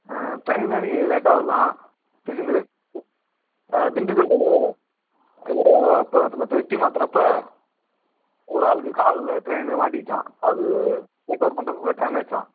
ஆ train தான் இன்னைக்கு லேட்டாக வருதாம் திருச்செந்தூர் எக்ஸ்ப்ரெஸ் ஆ திண்டுக்கல்ல ஏதோ ஏதோ பெ இந்த பெட்டி மாற்றுறப்பா ஒரு ஆளுக்கு காலில் ட்ரெயின் மாட்டிக்கிச்சாம் அது ரெக்கவர் பண்ணுறதுக்குள்ள டைம் ஆயிடுச்சாம்